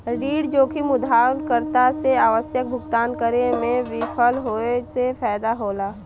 ऋण जोखिम उधारकर्ता से आवश्यक भुगतान करे में विफल होये से पैदा होला